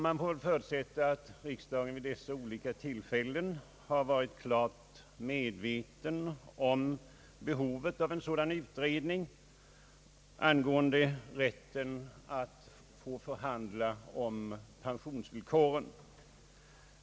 Vi får förutsätta att riksdagen vid dessa tillfällen har varit klart medveten om behovet av en utredning angående rätt att förhandla om pensionsvillkoren.